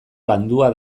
landua